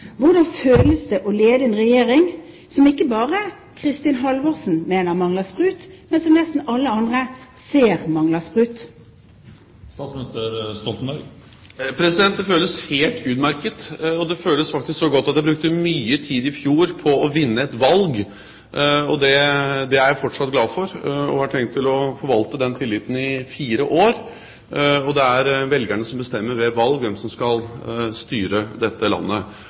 Hvordan føles det å lede en regjering som ikke bare Kristin Halvorsen mener mangler sprut, men som nesten alle andre ser mangler sprut? Det føles helt utmerket. Det føles faktisk så godt at jeg brukte mye tid i fjor på å vinne et valg. Det er jeg fortsatt glad for, og jeg har tenkt å forvalte den tilliten i fire år. Det er velgerne som bestemmer ved valg hvem som skal styre dette landet.